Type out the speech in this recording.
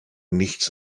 nichts